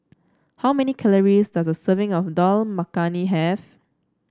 how many calories does a serving of Dal Makhani have